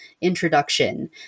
introduction